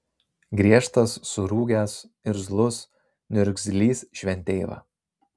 griežtas surūgęs irzlus niurgzlys šventeiva